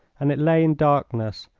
and it lay in darkness,